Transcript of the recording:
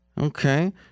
Okay